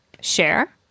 share